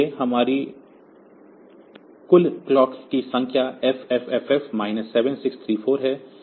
इसलिए हमारी कुल क्लॉक की संख्या FFFF 7634 है